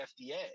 FDA